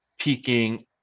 peaking